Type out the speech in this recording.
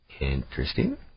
interesting